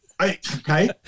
okay